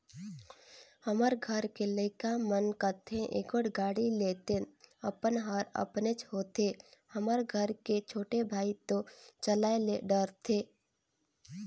हमर घर के लइका मन कथें एगोट गाड़ी लेतेन अपन हर अपनेच होथे हमर घर के छोटे भाई तो चलाये ले डरथे